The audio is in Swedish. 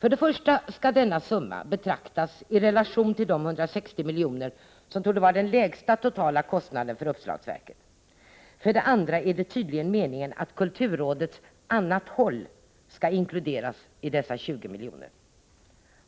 För det första skall denna summa betraktas i relation till de 160 miljoner som torde vara den lägsta totala kostnaden för uppslagsverket. För det andra är det tydligen meningen att kulturrådets ”annat håll” skulle inkluderas i dessa 20 miljoner.